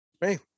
Hey